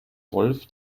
rolf